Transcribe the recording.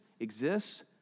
exists